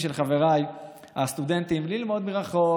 של חבריי הסטודנטים ללמוד מרחוק,